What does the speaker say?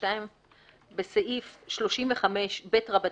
"(2)בסעיף 35ב(א),